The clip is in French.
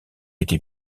été